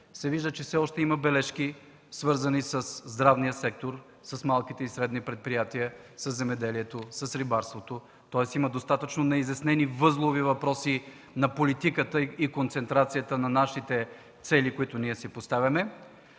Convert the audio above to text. се вижда, че все още има бележки, свързани със здравния сектор, с малките и средни предприятия, със земеделието, с рибарството. Тоест има достатъчно неизяснени възлови въпроси на политиката и концентрацията на нашите цели, които си поставяме.